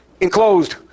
enclosed